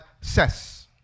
says